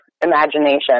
imagination